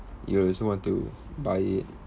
you just want to buy it